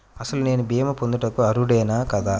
అసలు నేను భీమా పొందుటకు అర్హుడన కాదా?